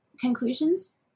conclusions